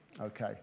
Okay